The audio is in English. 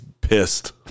pissed